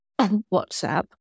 WhatsApp